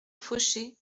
fauché